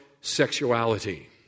sexuality